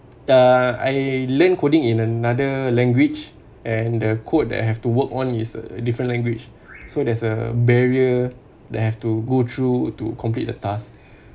uh I learn coding in another language and the code that I have to work on is different language so there's a barrier that have to go through to complete the task